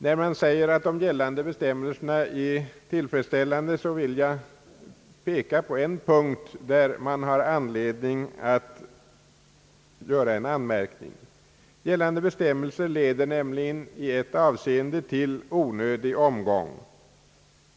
När man säger att de gällande bestämmelserna är tillfredsställande, vill jag peka på en punkt, där det fions anledning att göra en anmärkning. Gällande bestämmelser leder i ett avseende till onödig omgång.